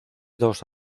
dos